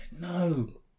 No